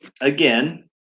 again